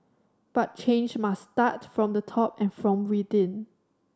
but change must start from the top and from within